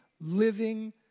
living